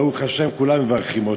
ברוך השם כולם מברכים אותו,